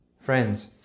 Friends